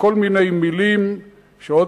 וכל מיני מלים ששוב,